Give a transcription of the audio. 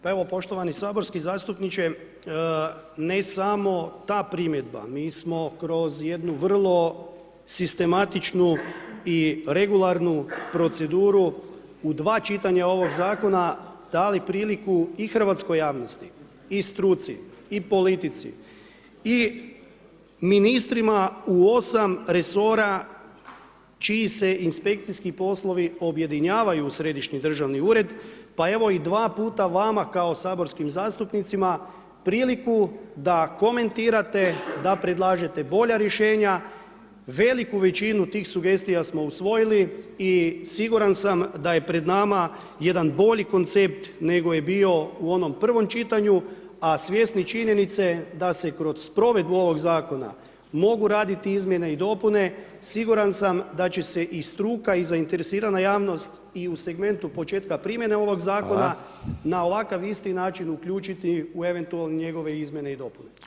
Pa evo poštovani saborski zastupniče, ne samo ta primjedba, mi smo kroz jednu vrlo sistematičnu i regularnu proceduru u dva čitanja ovog zakona dali priliku i hrvatskoj javnosti i struci i politici i ministrima u 8 resora čiji se inspekciji poslovi objedinjavaju u središnji državni ured, pa evo i dva puta vama kao saborskim zastupnicima, priliku da komentirate, da predlažete bolja rješenja, veliku većinu tih sugestija smo usvojili i siguran sam da je pred nama jedan bolji koncept nego je bio u onom prvom čitanju, a svjesni činjenice da se kroz provedbu ovog zakona mogu radit izmjene i dopune, siguran sam da će se i struka i zainteresirana javnost i u segmentu početka primjene ovog zakona [[Upadica: Hvala.]] na ovakav isti način uključiti u eventualno njegove izmjene i dopune.